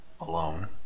alone